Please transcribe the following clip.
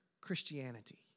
Christianity